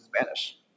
Spanish